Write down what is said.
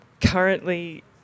currently